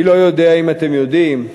אני לא יודע אם אתם יודעים,